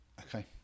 Okay